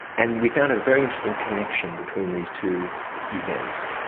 and we found a very interesting connection between these two events.